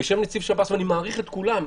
יושב נציג שב"ס ואני מעריך את כולם,